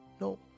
No